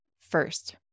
first